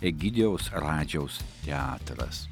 egidijaus radžiaus teatras